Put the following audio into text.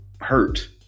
hurt